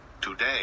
Today